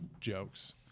jokes